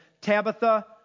Tabitha